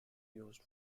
used